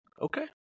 okay